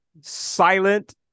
silent